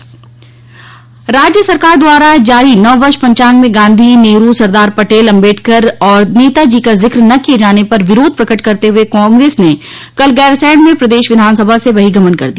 walk out राज्य सरकार द्वारा जारी नववर्ष पंचांग में गांधी नेहरू सरदार पटेल अंबेडकर और नेताजी का जिक्र न किये जाने पर विरोध प्रकट करते हुए कांग्रेस ने कल गैरसैंण में प्रदेश विधानसभा से बहिर्गमन कर दिया